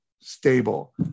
stable